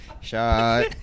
Shot